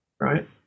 Right